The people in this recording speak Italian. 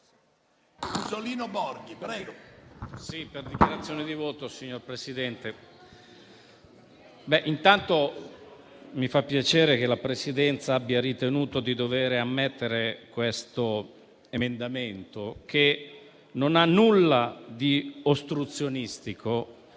mi fa piacere che la Presidenza abbia ritenuto di dover ammettere questo emendamento, che non ha nulla di ostruzionistico,